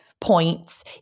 points